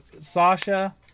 Sasha